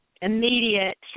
Immediate